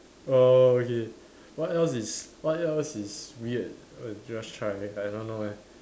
oh okay what else is what else is weird err just try I don't know leh